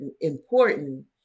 important